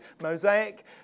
Mosaic